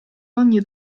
ogni